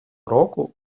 року